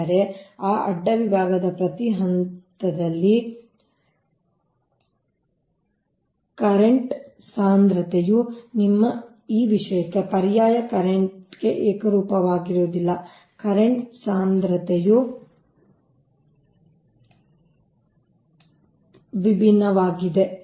ಅಂದರೆ ಆ ಅಡ್ಡ ವಿಭಾಗದ ಪ್ರತಿ ಹಂತದಲ್ಲಿ ಕರೆಂಟ್ ಸಾಂದ್ರತೆಯು ನಿಮ್ಮ ಈ ವಿಷಯಕ್ಕೆ ಪರ್ಯಾಯ ಕರೆಂಟ್ ಗೆ ಏಕರೂಪವಾಗಿರುವುದಿಲ್ಲ ಕರೆಂಟ್ ಸಾಂದ್ರತೆಯು ವಿಭಿನ್ನವಾಗಿದೆ